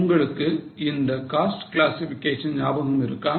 உங்களுக்கு அந்த cost classification ஞாபகம் இருக்கா